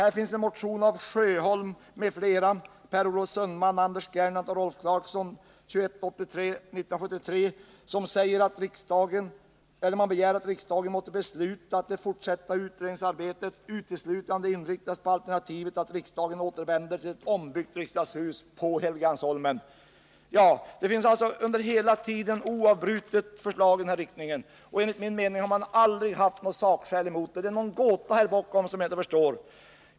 Det finns en motion av Sten Sjöholm, Per-Olof Sundman, Anders Gernandt och Rolf Clarkson, 1973:2183, som begär att riksdagen måtte besluta att det fortsatta utredningsarbetet uteslutande inriktas på alternativet att riksdagen återvänder till 43 ett ombyggt riksdagshus på Helgeandsholmen. Det har alltså hela tiden oavbrutet kommit förslag i denna riktning, och enligt min mening har man aldrig haft några sakskäl mot dem. Det ligger en gåta bakom detta som jag inte förstår.